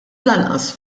lanqas